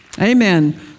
Amen